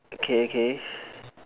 okay okay